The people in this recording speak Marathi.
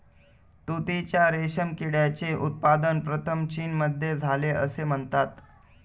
तुतीच्या रेशीम किड्याचे उत्पादन प्रथम चीनमध्ये झाले असे म्हणतात